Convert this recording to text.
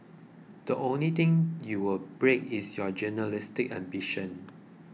the only thing you will break is your journalistic ambition